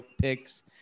picks